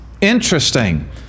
Interesting